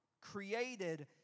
created